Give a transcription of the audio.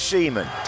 Seaman